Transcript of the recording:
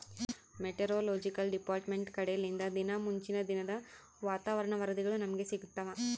meteorological department ಕಡೆಲಿಂದ ದಿನಾ ಮುಂಚಿನ ದಿನದ ವಾತಾವರಣ ವರದಿಗಳು ನಮ್ಗೆ ಸಿಗುತ್ತವ